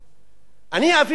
כבוד השר,